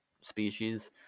species